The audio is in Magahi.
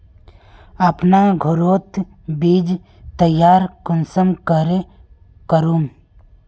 अपना घोरोत बीज तैयार कुंसम करे करूम?